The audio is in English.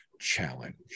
challenge